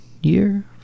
year